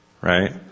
Right